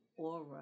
Aura